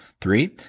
Three